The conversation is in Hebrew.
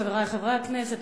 חברי חברי הכנסת,